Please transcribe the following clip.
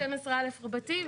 סעיף 12(א) רבתי.